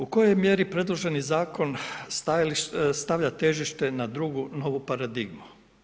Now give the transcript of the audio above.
U kojoj mjeri predloži zakon stavlja težište na drugu, novu paradigmu?